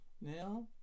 Now